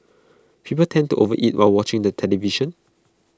people tend to overeat while watching the television